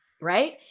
right